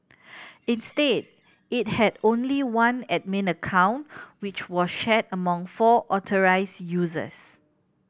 instead it had only one admin account which was shared among four authorised users